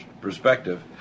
perspective